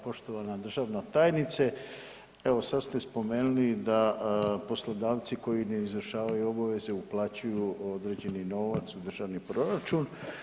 Poštovana državna tajnice, evo sad ste spomenuli da poslodavci koji ne izvršavaju obveze uplaćuju određeni novac u državni proračun.